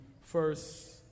first